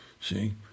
See